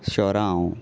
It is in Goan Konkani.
शोरांव